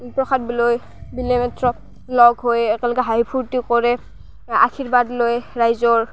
প্ৰসাদ বিলায় বিলায় লগ হৈ একেলগে হাঁহি ফূৰ্তি কৰে আশীৰ্বাদ লয় ৰাইজৰ